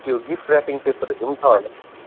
त्यो gift wrapping पेपरहरू पनि छ होला